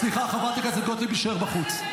--- סליחה, חברת הכנסת גוטליב, להישאר בחוץ.